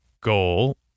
goal